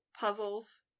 puzzles